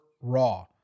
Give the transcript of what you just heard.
Raw